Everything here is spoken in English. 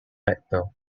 factor